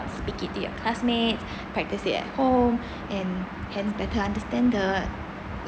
speak it to your classmates practice it at home and hence better understand the